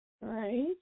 Right